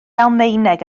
almaeneg